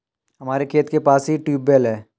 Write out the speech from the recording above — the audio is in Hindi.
हमारे खेत के पास ही ट्यूबवेल है